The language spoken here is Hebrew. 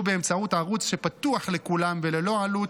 באמצעות ערוץ שפתוח לכולם וללא עלות.